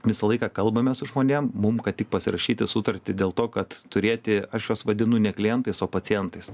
visą laiką kalbamės su žmonėm mum kad tik pasirašyti sutartį dėl to kad turėti aš juos vadinu ne klientais o pacientais